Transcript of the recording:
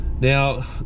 Now